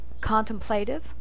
contemplative